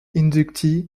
inductees